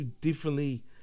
differently